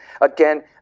Again